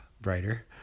brighter